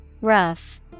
Rough